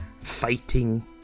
fighting